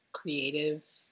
creative